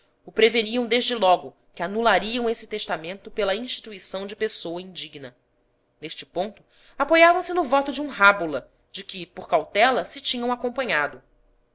o preveniam desde logo que anula riam esse testamento pela instituição de pessoa indigna neste ponto apoiavam se no voto de um rábula de que por cautela se tinham acompanhado